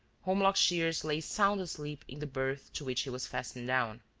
holmlock shears lay sound asleep in the berth to which he was fastened down.